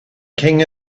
king